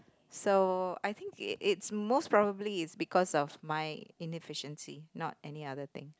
so I think it's most probably it's because of my inefficiency not any other thing